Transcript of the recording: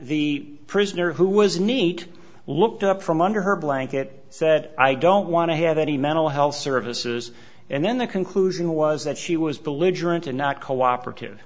the prisoner who was neat looked up from under her blanket said i don't want to have any mental health services and then the conclusion was that she was belligerent and not cooperative